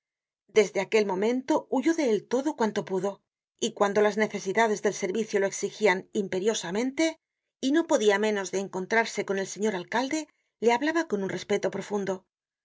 desde aquel momento huyó de él todo cuanto pudo y cuando las necesidades del servicio lo exigían imperiosamente y no podia menos de encontrarse con el señor alcalde le hablaba con un respeto profundo